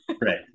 right